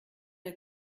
der